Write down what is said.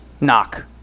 Knock